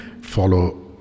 follow